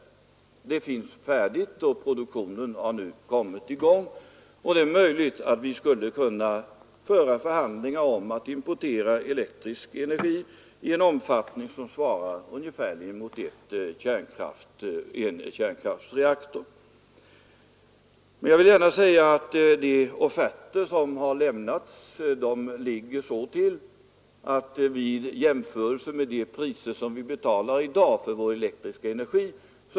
Det är färdigt, och produktionen har nu kommit i gång. Det är möjligt att vi därifrån skulle kunna importera elektrisk energi i en omfattning som ungefärligen svarar mot energiproduktionen av en kärnkraftreaktor. Men jag vill gärna säga att enligt de offerter som lämnats blir det här dyrt i jämförelse med de priser som vi i dag betalar för vår elektriska energi.